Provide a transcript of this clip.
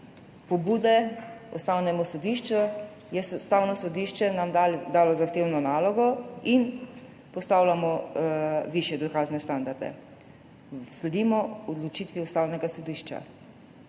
pobude Ustavnemu sodišču nam je Ustavno sodišče dalo zahtevno nalogo in postavljamo višje dokazne standarde, sledimo odločitvi Ustavnega sodišča.